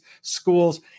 schools